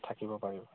থাকিব পাৰিব